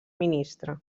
ministre